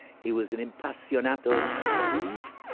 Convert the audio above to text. he was an impassionato of food.